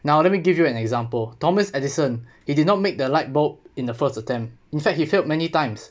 now let me give you an example thomas edison he did not make the light bulb in the first attempt in fact he failed many times